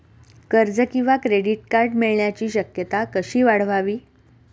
कर्ज किंवा credit card मिळण्याची शक्यता कशी वाढवावी?